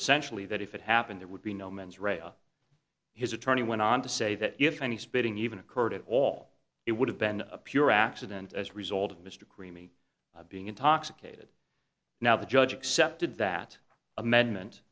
essentially that if it happened there would be no mens rea a his attorney went on to say that if any speeding even occurred at all it would have been a pure accident as a result of mr creaming being intoxicated now the judge accepted that amendment